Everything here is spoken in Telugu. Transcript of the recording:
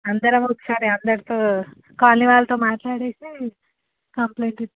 అందరం ఒకసారి అందరితో కొలని వాళతో మాట్లాడేసి కంప్లైంట్